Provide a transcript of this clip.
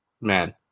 Man